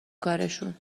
کارشون